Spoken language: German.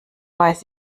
weiß